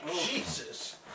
Jesus